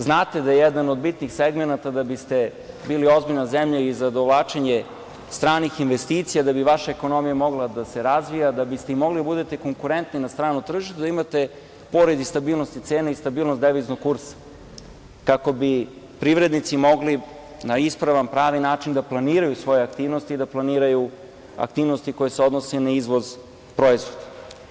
Znate da je jedan od bitnih segmenata da biste bili ozbiljna zemlja i za dovlačenje stranih investicija, da bi vaša ekonomija mogla da se razvija, da biste mogli da budete konkurentni na stranom tržištu, jeste da imate pored stabilnosti cena i stabilnost deviznog kursa, kako bi privrednici mogli na ispravan, pravi način da planiraju svoje aktivnosti i da planiraju aktivnosti koje se odnose na izvoz proizvoda.